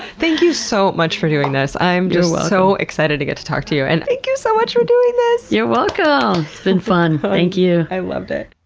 thank you so much for doing this. i'm just so excited to get to talk to you. and thank you so much for doing this! you're welcome. it's um been fun. but thank you. i loved it.